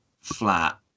flat